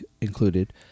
included